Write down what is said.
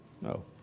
No